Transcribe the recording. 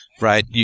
right